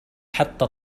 حتى